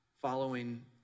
following